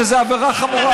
שזאת עבירה חמורה.